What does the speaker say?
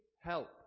help